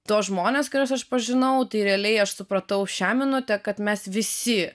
tuos žmones kuriuos aš pažinau tai realiai aš supratau šią minutę kad mes visi